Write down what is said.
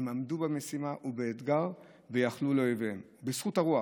הם עמדו במשימה ובאתגר ויכלו לאויביהם בזכות הרוח